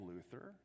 Luther